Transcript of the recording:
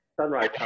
Sunrise